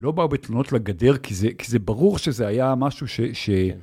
לא באו בתלונות לגדר, כי זה ברור שזה היה משהו ש...